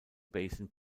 basin